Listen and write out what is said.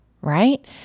Right